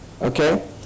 okay